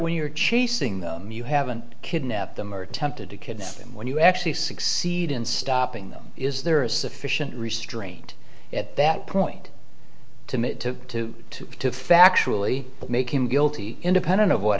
when you're chasing them you haven't kidnapped them or tempted to kidnap and when you actually succeed in stopping them is there a sufficient restraint at that point to me it took two to factually make him guilty independent of what